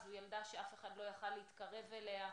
ואף אחד לא יכול היה להתקרב אליה,